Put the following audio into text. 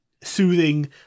soothing